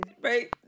Right